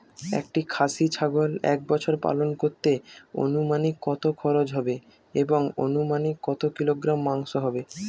একটি খাসি ছাগল এক বছর পালন করতে অনুমানিক কত খরচ হবে এবং অনুমানিক কত কিলোগ্রাম মাংস হবে?